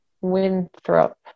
Winthrop